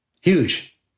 Huge